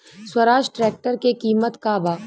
Swaraj tractor के किमत का बा?